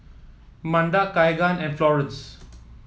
Manda Keagan and Florence